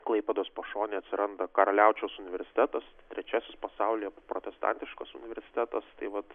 klaipėdos pašonėje suranda karaliaučiaus universitetas trečias pasaulyje protestantiškas universitetas tai vat